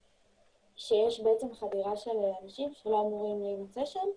שיש חבורה של אנשים שלא אמורים להימצא שם,